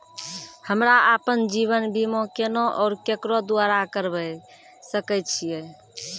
हमरा आपन जीवन बीमा केना और केकरो द्वारा करबै सकै छिये?